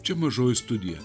čia mažoji studija